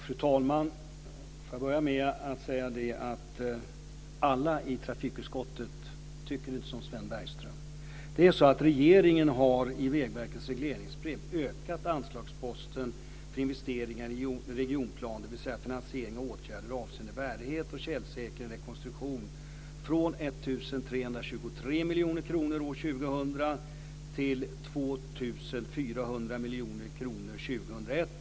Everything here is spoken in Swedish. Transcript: Fru talman! Jag vill börja med att säga att alla i trafikutskottet tycker inte som Sven Bergström. 2000 till 2 400 miljoner kronor år 2001.